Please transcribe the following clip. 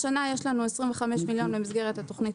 השנה יש לנו 25 מיליון במסגרת התוכנית